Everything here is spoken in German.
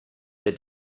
der